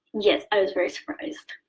yes i was very surprised.